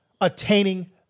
attaining